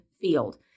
field